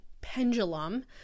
pendulum